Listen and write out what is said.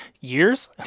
years